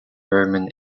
roman